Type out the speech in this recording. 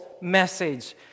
message